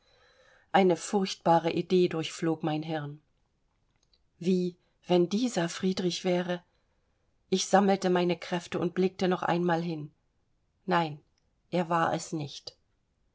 eine furchtbare idee durchflog mein hirn wie wenn dieser friedrich wäre ich sammelte meine kräfte und blickte noch einmal hin nein er war es nicht